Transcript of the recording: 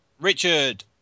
Richard